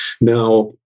Now